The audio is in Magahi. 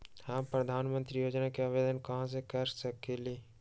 हम प्रधानमंत्री योजना के आवेदन कहा से कर सकेली?